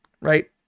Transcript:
right